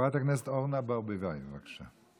חברת הכנסת אורנה ברביבאי, בבקשה.